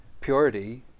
purity